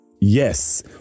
Yes